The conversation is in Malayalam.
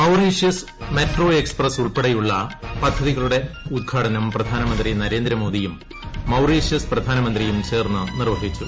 മൌറീഷൃസ് മെട്രോ എക്സ്പ്രസ് ഉൾപ്പെടെയുള്ള പദ്ധതികളുടെ പ്രധാനമന്ത്രി നരേന്ദ്ര മോദിയും ഉദ്ഘാടനം മൌറീഷ്യസ് പ്രധാനമന്ത്രിയും ചേർന്ന് നിർവ്വഹിച്ചു